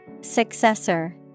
Successor